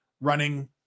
running